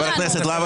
לא לנו.